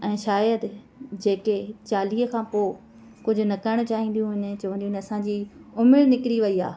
ऐं शायदि जेके चालीह खां पोइ कुझु न करण चाहींदियूं आहिनि ऐं चवंदियूं आहिनि असांजी उमिरि निकरी वई आहे